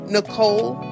Nicole